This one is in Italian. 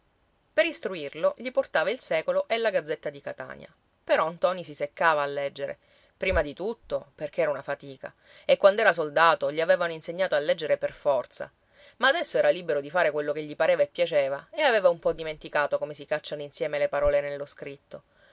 per istruirlo gli portava il secolo e la gazzetta di catania però ntoni si seccava a leggere prima di tutto perché era una fatica e quand'era soldato gli avevano insegnato a leggere per forza ma adesso era libero di fare quello che gli pareva e piaceva e aveva un po dimenticato come si cacciano insieme le parole nello scritto